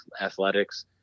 athletics